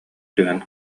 түһэн